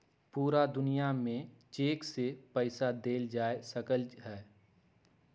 पूरा दुनिया में चेक से पईसा देल जा सकलई ह